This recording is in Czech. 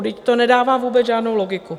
Vždyť to nedává vůbec žádnou logiku!